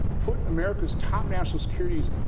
putting america's top national security